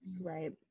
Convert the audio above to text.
right